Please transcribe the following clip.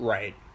Right